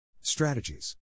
Strategies